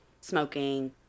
smoking